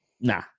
nah